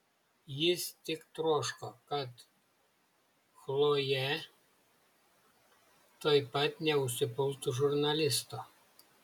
jis tik troško kad chlojė tuoj pat neužsipultų žurnalisto